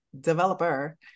Developer